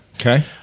Okay